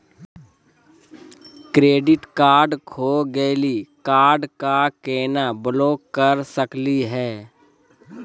Credit card खो गैली, card क केना ब्लॉक कर सकली हे?